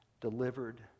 delivered